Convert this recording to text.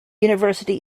university